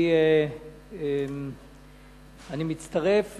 אני מצטרף